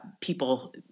people